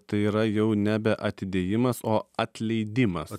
tai yra jau nebe atidėjimas o atleidimas